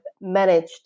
managed